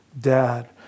dad